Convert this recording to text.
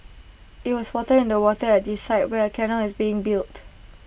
IT was spotted in the water at the site where A canal is being built